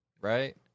right